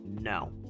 no